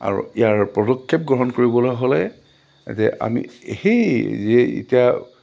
আৰু ইয়াৰ পদক্ষেপ গ্ৰহণ কৰিবলৈ হ'লে যে আমি সেই যে এতিয়া